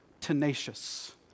tenacious